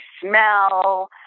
smell